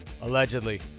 Allegedly